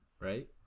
right